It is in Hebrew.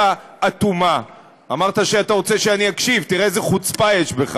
המטרה של הצעת החוק הזאת היא לאפשר לחיילי צה"ל להצביע בבחירות